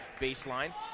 Baseline